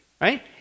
Right